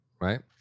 right